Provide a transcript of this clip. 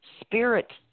spirit